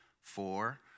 four